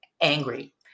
angry